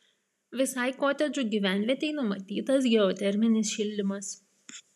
visai kotedžų gyvenvietei numatytas geoterminis šildymas